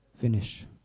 finish